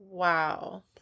Wow